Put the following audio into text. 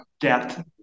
depth